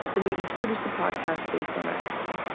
then we each produced a podcast based on our essay.